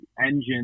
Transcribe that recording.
engine